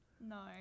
No